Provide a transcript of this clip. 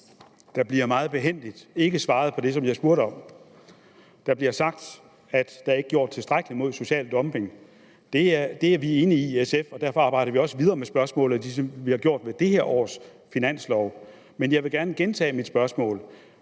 Der bliver meget behændigt ikke svaret på det, som jeg spurgte om. Der bliver sagt, at der ikke er gjort tilstrækkeligt mod social dumping. Det er vi i SF enige i. Derfor arbejder vi også videre med spørgsmålet, ligesom vi har gjort i det her års finanslov. Jeg vil gerne gentage mit spørgsmål.